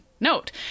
note